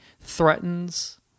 threatens